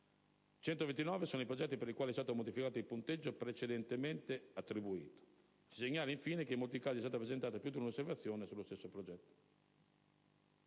129 sono i progetti per i quali è stato modificato il punteggio precedentemente attribuito. Si segnala infine che in molti casi è stata presentata più di un'osservazione sullo stesso progetto.